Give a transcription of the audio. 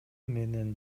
менен